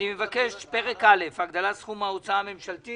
פרק א' הגדלת סכום ההוצאה הממשלתית.